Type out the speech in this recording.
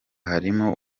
harimo